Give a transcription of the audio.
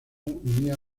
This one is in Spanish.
unía